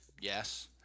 Yes